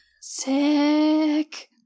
Sick